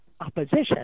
opposition